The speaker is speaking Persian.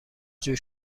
جور